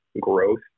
growth